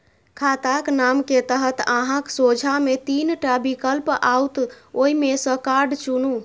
खाताक नाम के तहत अहांक सोझां मे तीन टा विकल्प आओत, ओइ मे सं कार्ड चुनू